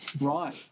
right